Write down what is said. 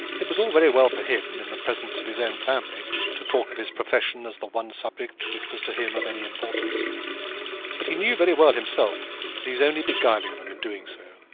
it was all very well for him, in the presence of his own family to talk of his profession as the one subject which was to him of any importance but he knew very well himself that he was only beguiling them in doing so.